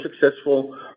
successful